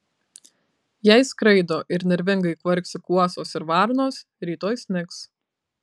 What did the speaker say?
jei skraido ir nervingai kvarksi kuosos ir varnos rytoj snigs